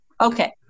Okay